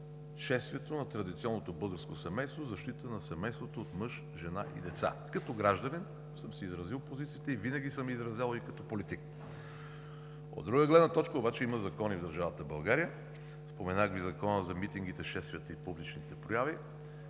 шествието на традиционното българско семейство в защита на семейството от мъж, жена и деца. Като гражданин съм си изразил позициите, и винаги съм ги изразявал и като политик. От друга гледна точка обаче, има закони в държавата България. Споменах Ви Закона за митингите, шествията и публичните прояви,